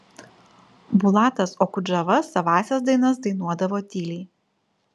bulatas okudžava savąsias dainas dainuodavo tyliai